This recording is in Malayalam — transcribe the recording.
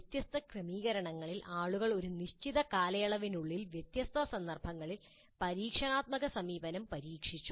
വ്യത്യസ്ത ക്രമീകരണങ്ങളിൽ ആളുകൾ ഒരു നിശ്ചിത കാലയളവിനുള്ളിൽ വ്യത്യസ്ത സന്ദർഭങ്ങളിൽ പരീക്ഷണാത്മക സമീപനം പരീക്ഷിച്ചു